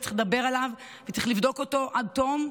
וצריך לדבר עליו וצריך לבדוק אותו עד תום.